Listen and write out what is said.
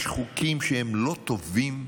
יש חוקים שהם לא טובים,